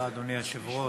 אדוני היושב-ראש,